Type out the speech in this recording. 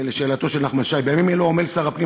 לשאלתו של נחמן שי: בימים אלו עמל שר הפנים